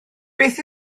beth